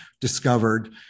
discovered